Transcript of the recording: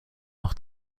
noch